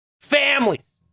families